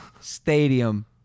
stadium